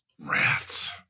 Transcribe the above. Rats